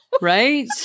Right